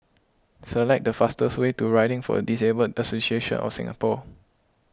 select the fastest way to Riding for the Disabled Association of Singapore